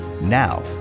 now